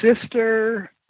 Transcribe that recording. sister